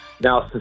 now